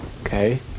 Okay